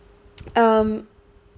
um